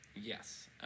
Yes